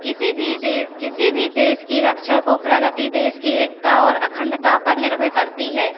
किसी भी दे किसी भी देश की रक्षा को प्रगति देश की एकता और अखंडता पर निर्भर करती है